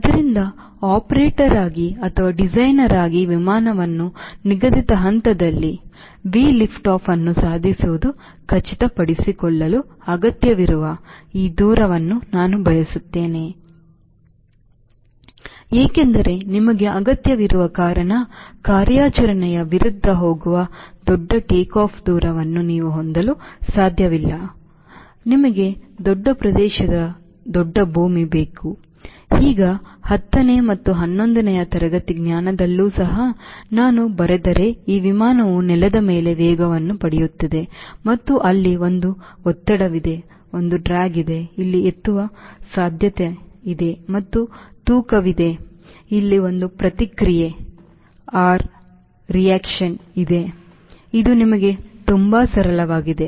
ಆದ್ದರಿಂದ ಆಪರೇಟರ್ ಆಗಿ ಅಥವಾ ಡಿಸೈನರ್ ಆಗಿ ವಿಮಾನವು ನಿಗದಿತ ಅಂತರದಲ್ಲಿ V liftoff ಅನ್ನು ಸಾಧಿಸುವುದನ್ನು ಖಚಿತಪಡಿಸಿಕೊಳ್ಳಲು ಅಗತ್ಯವಿರುವ ಈ ದೂರವನ್ನು ನಾನು ಬಯಸುತ್ತೇನೆ ಏಕೆಂದರೆ ನಿಮಗೆ ಅಗತ್ಯವಿರುವ ಕಾರಣ ಕಾರ್ಯಾಚರಣೆಯ ವಿರುದ್ಧ ಹೋಗುವ ದೊಡ್ಡ ಟೇಕ್ಆಫ್ ದೂರವನ್ನು ನೀವು ಹೊಂದಲು ಸಾಧ್ಯವಿಲ್ಲ ನಿಮಗೆ ದೊಡ್ಡ ಪ್ರದೇಶದ ದೊಡ್ಡ ಭೂಮಿ ಬೇಕು ಈಗ ಹತ್ತನೇ ಮತ್ತು ಹನ್ನೊಂದನೇ ತರಗತಿಯ ಜ್ಞಾನದಲ್ಲೂ ಸಹ ನಾನು ಬರೆದರೆ ಈ ವಿಮಾನವು ನೆಲದ ಮೇಲೆ ವೇಗವನ್ನು ಪಡೆಯುತ್ತಿದೆ ಮತ್ತು ಅಲ್ಲಿ ಒಂದು ಒತ್ತಡವಿದೆ ಮತ್ತು ಡ್ರ್ಯಾಗ್ ಇದೆ ಅಲ್ಲಿ ಎತ್ತುವ ಸಾಧ್ಯತೆಯಿದೆ ಮತ್ತು ತೂಕವಿದೆ ಮತ್ತು ಇಲ್ಲಿ ಒಂದು ಪ್ರತಿಕ್ರಿಯೆ ಆರ್ ಇದೆ ಇದು ನಿಮಗೆ ತುಂಬಾ ಸರಳವಾಗಿದೆ